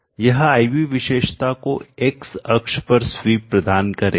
यह I V विशेषता को x अक्ष पर स्वीप प्रदान करेगा